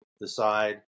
decide